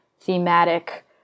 thematic